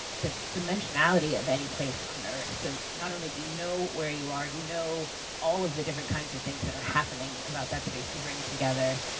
the dimensionality of any place on earth, so not only do you know where you are, you know all of the different kinds of things that are happening about that space that you bring together,